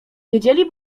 wiedzieli